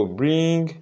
bring